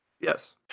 Yes